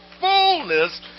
fullness